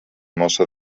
mossa